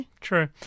true